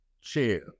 chair